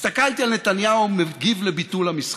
הסתכלתי על נתניהו מגיב לביטול המשחק.